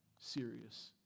serious